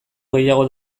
gehiago